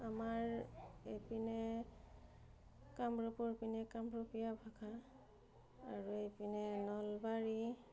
আমাৰ এইপিনে কামৰূপৰ পিনে কামৰূপীয়া ভাষা আৰু এইপিনে নলবাৰীৰ